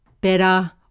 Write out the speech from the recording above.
better